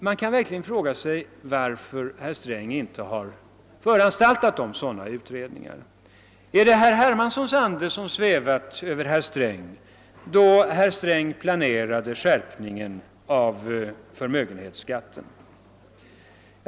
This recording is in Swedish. Man kan verkligen fråga sig varför herr Sträng inte har föranstaltat sådana utredningar. Var det herr Hermanssons ande som svävade över herr Sträng, då han planerade skärpningen av förmögenhetsskatten?